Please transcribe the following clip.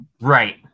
Right